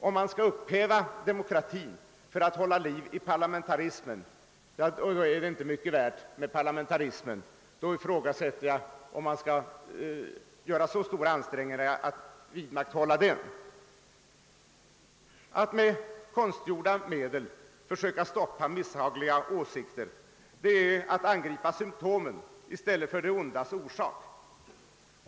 Om man måste upphäva demokratin för att hålla liv i parlamentarismen, ja då är parlamentarismen inte mycket värd och då ifrågasätter jag om man skall göra så stora ansträngningar för att vidmakthålla den. Att med konstlade medel försöka stoppa misshagliga åsikter är att angripa symtomen i stället för det ondas orsak.